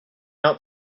out